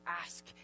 ask